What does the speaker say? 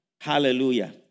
Hallelujah